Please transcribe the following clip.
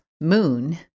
moon